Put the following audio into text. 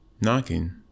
Knocking